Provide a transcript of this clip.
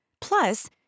Plus